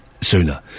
sooner